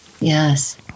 Yes